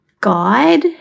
Guide